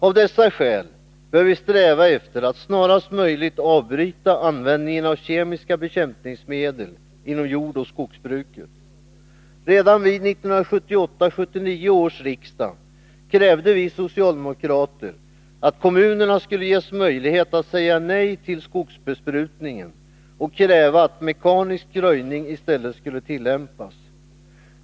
Av dessa skäl bör vi sträva efter att snarast möjligt avbryta användningen av kemiska bekämpningsmedel inom jordoch skogsbruk. Redan vid 1978/79 års riksmöte krävde vi socialdemokrater att kommunerna skulle ges möjlighet att säga nej till skogsbesprutning och kräva att mekanisk röjning i stället skulle tillämpas.